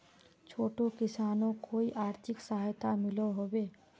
छोटो किसानोक कोई आर्थिक सहायता मिलोहो होबे?